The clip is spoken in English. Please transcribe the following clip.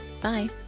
Bye